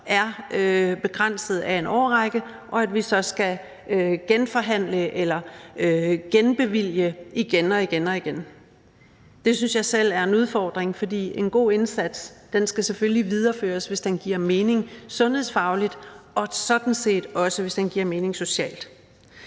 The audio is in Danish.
er begrænset til en årrække, hvorefter vi så skal forhandle eller bevilge igen og igen. Det synes jeg selv er en udfordring, for en god indsats skal selvfølgelig videreføres, hvis den giver mening sundhedsfagligt, og sådan set også, hvis den giver mening socialt.